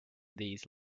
these